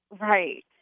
Right